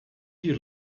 you